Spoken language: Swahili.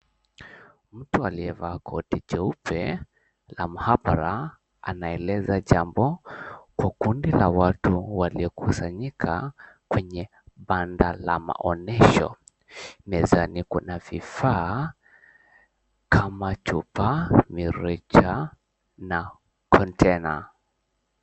Mtu aliyevaa koti jeupe la maabara anaeleza jambo kwa kundi la watu waliokusanyika kwenye banda la maonesho. Mezani kuna vifaa kama chopaa, mirija na kontena.